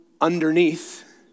underneath